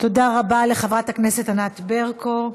תודה רבה לחברת הכנסת ענת ברקו.